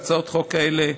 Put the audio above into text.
הצעות החוק האלה,